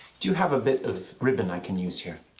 do you have a bit of ribbon i can use here?